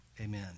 Amen